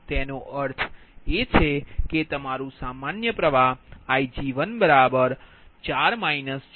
તેનો અર્થ એ છે કે તમારું સામાન્ય પ્રવાહ Ig14 j14